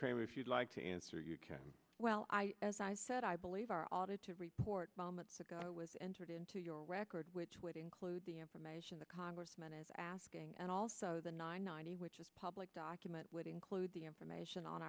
cramer if you'd like to answer you well as i said i believe our audit to report moments ago was entered into your record which would include the information the congressman is asking and also the nine ninety which is public document would include the information on